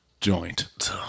Joint